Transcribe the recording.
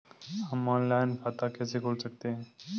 हम ऑनलाइन खाता कैसे खोल सकते हैं?